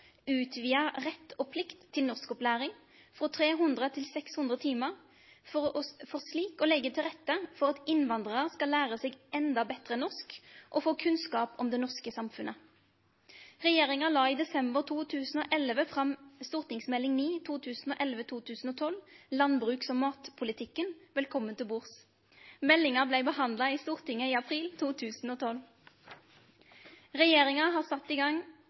utvida rett og plikt til norskopplæring frå 300 til 600 timar, for slik å leggje til rette for at innvandrarar skal lære seg enda betre norsk og få kunnskap om det norske samfunnet. Regjeringa la i desember 2011 fram Meld. St. 9 for 2011–2012 Landbruks- og matpolitikken – Velkommen til bords. Meldinga blei behandla i Stortinget i april 2012. Regjeringa har sett i gang